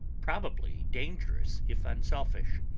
probably dangerous if unselfish.